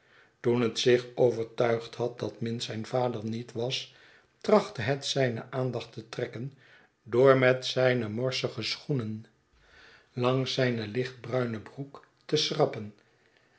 toen het zich overtuigd had dat minns zijn vader niet was trachtte het zijne aandacht te trekken door met zijne morsige schoenen langs zijne lichtbruine broek te schrappen